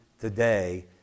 today